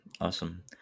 awesome